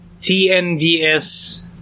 TNVS